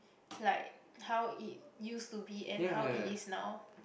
like how it used to be and how it is now